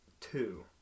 two